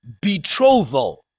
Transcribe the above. betrothal